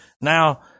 Now